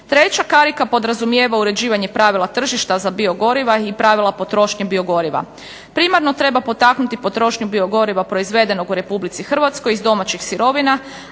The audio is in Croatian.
Treća karika podrazumijeva određivanje pravila tržišta za biogoriva i pravila potrošnje. Primarno treba potaknuti potrošnju biogoriva proizvedenog u Republici Hrvatskoj iz domaćih sirovina